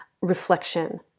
reflection